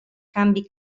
canvi